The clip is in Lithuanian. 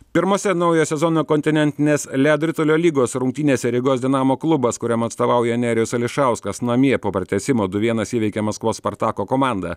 pirmose naujojo sezono kontinentinės ledo ritulio lygos rungtynėse rygos dinamo klubas kuriam atstovauja nerijus ališauskas namie po pratęsimo du vienas įveikė maskvos spartako komandą